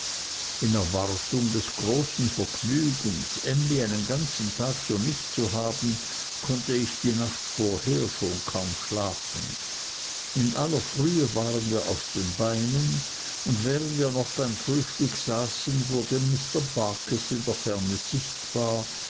in erwartung des großen vergnügens emly einen ganzen tag für mich zu haben konnte ich die nacht vorher schon kaum schlafen in aller frühe waren wir auf den beinen und während wir noch beim frühstück saßen wurde mr barkis in der ferne sichtbar